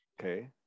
Okay